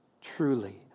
truly